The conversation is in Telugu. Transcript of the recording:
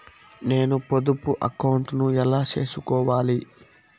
నేను పొదుపు అకౌంటు ను ఎలా సేసుకోవాలి?